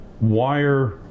wire